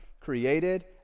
created